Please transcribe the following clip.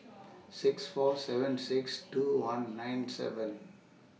six four seven six two one nine seven